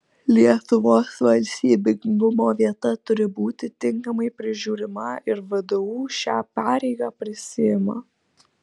lietuvos valstybingumo vieta turi būti tinkamai prižiūrima ir vdu šią pareigą prisiima